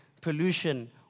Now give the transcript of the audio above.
pollution